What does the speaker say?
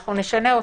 אנחנו נשנה אותו?